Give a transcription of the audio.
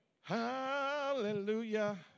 Hallelujah